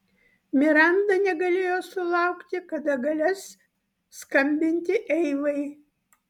miranda negalėjo sulaukti kada galės skambinti eivai